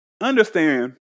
understand